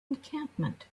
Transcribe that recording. encampment